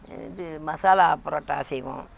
இது மசாலா புரோட்டா செய்வோம்